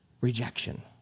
rejection